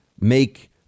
make